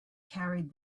carried